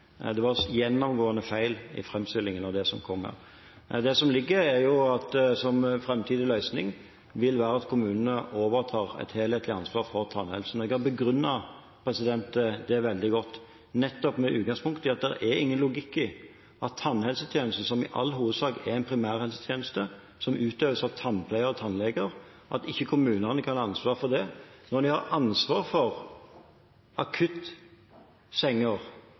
som var korrekt. Det som kom i framstillingen, var gjennomgående feil. Det som ligger her, er at en framtidig løsning vil være at kommunene overtar et helhetlig ansvar for tannhelsen. Jeg har begrunnet det veldig godt, nettopp med utgangspunkt i at det er ingen logikk i at tannhelsetjeneste, som i all hovedsak er en primærhelsetjeneste, som utøves av tannpleiere og tannleger, kan ikke kommunene ha ansvar for – at når de har ansvar for